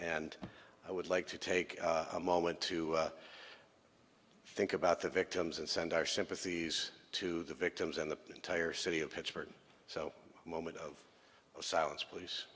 and i would like to take a moment to think about the victims and send our sympathies to the victims and the entire city of pittsburgh so a moment of silence p